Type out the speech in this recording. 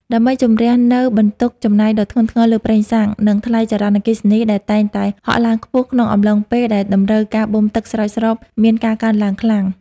ដើម្បីជម្នះនូវបន្ទុកចំណាយដ៏ធ្ងន់ធ្ងរលើប្រេងសាំង និងថ្លៃចរន្តអគ្គិសនីដែលតែងតែហក់ឡើងខ្ពស់ក្នុងអំឡុងពេលដែលតម្រូវការបូមទឹកស្រោចស្រពមានការកើនឡើងខ្លាំង។